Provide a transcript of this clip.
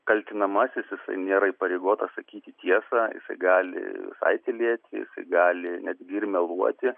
kaltinamasis jisai nėra įpareigotas sakyti tiesą jisai gali visai tylėti gali netgi ir meluoti